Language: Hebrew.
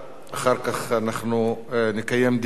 אחר כך אנחנו נקיים דיון.